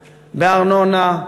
בארנונה,